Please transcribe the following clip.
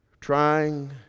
Trying